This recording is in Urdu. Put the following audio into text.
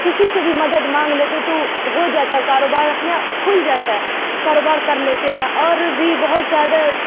کسی سے بھی مدد مانگ لیتے تو ہو جاتا کاروبار اپنے کھل جاتا ہے کاروبار کر لیتے ہیں اور بھی بہت زیادہ